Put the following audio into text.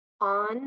on